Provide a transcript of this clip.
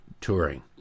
touring